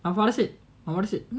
my mother said my mother said